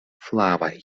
flavaj